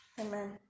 Amen